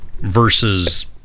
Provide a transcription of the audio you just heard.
versus